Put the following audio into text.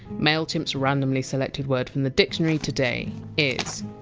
mailchimp! s randomly selected word from the dictionary today is!